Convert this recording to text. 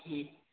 हूँ